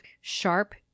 sharp